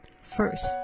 First